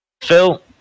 Phil